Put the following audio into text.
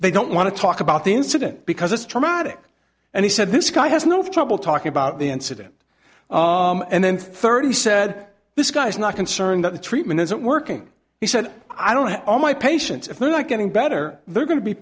they don't want to talk about the incident because it's traumatic and he said this guy has no trouble talking about the incident and then thirty said this guy's not concerned that the treatment isn't working he said i don't have all my patients if they're not getting better they're go